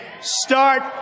Start